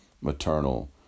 maternal